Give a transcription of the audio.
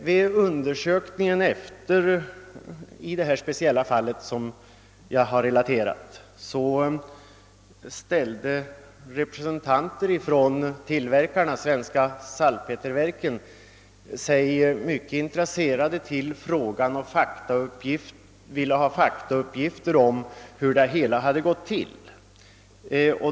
Vid undersökningen i det speciella fall som jag redogjort för visade representanter för tillverkarna, Svenska salpeterverken, mycket stort intresse och ville ha faktauppgifter om hur det hela gått till.